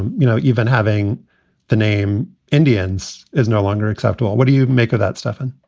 you know, even having the name indians is no longer acceptable. what do you make of that, stefan?